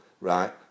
right